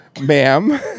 Ma'am